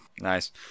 Nice